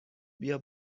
بیا